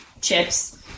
chips